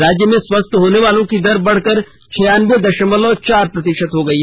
राज्य में स्वस्थ होने वालों की दर बढकर छियान्बे दशमलव चार प्रतिशत है